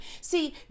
See